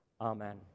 Amen